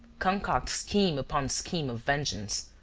concoct scheme upon scheme of vengeance,